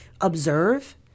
observe